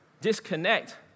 disconnect